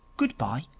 goodbye